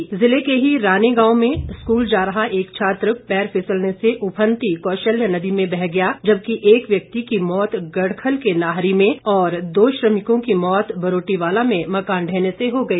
सोलन ज़िला के ही रानी गांव में स्कूल जा रहा एक छात्र पैर फिसलने से उफनती कौशल्या नदी में बह गया जबकि एक व्यक्ति की मौत गड़खल के नाहरी में और दो श्रमिकों की मौत बरोटीवाला में मकान ढहने से हो गई